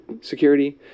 Security